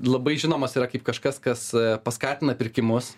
labai žinomas yra kaip kažkas kas paskatina pirkimus